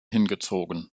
hingezogen